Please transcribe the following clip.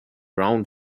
round